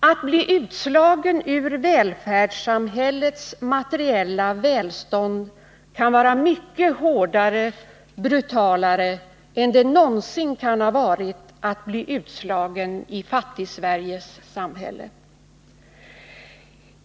Att bli utslagen ur välfärdssamhällets materiella välstånd kan vara mycket hårdare, brutalare än det någonsin kan ha varit att bli utslagen i Fattigsveriges samhälle.